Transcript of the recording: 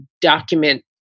document